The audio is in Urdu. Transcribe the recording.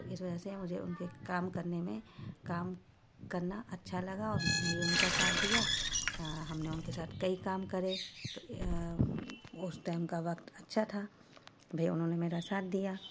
اس وجہ سے مجھے ان کے کام کرنے میں کام کرنا اچھا لگا اور میں نے بھی ان کا ساتھ دیا ہم نے ان کے ساتھ کئی کام کرے اس ٹائم کا وقت اچھا تھا بھئی انہوں نے میرا ساتھ دیا